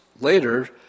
Later